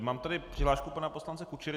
Mám tady přihlášku pana poslance Kučery.